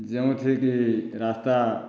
ଯେଉଁଠିକି ରାସ୍ତା